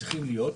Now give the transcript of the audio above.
צריכים להיות,